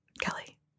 Kelly